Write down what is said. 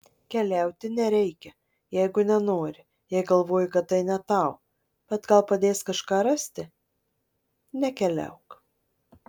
keliauti nereikia jeigu nenori jei galvoji kad tai ne tau bet gal padės kažką rasti nekeliauk